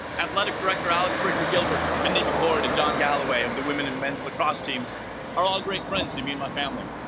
athletic director alex richter gilbert mindy mccord and john galloway of the women and men's lacrosse teams are all great friends to me and my family